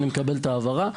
סליחה, מקבל את ההבהרה.